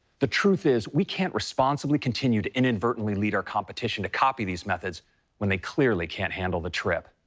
the truth is, we can't responsibly continue to inadvertently lead our competition to copy these methods when they clearly can't handle the trip.